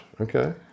okay